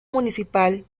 municipal